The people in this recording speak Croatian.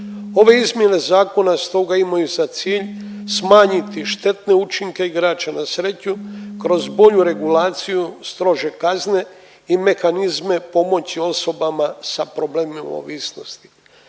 Ove izmjene zakona stoga imaju za cilj smanjiti štetne učinke igara na sreću kroz bolju regulaciju, strože kazne i mehanizme pomoći osobama sa problemima ovisnosti.